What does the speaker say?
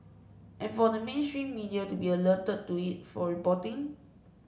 and for the mainstream media to be alerted to it for reporting